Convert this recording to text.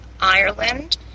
Ireland